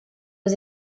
aux